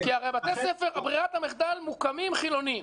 כי ברירת המחדל היא הקמת בתי ספר חילוניים,